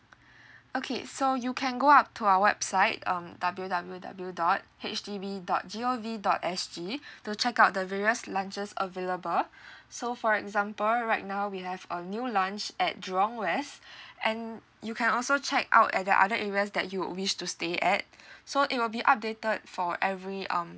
okay so you can go up to our website um W W W dot H D B dot G_O_V dot S_G to check out the various launches available so for example right now we have a new launch at jurong west and you can also check out at the other areas that you wish to stay at so it will be updated for every um